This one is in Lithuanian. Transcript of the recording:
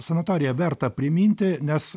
sanatoriją verta priminti nes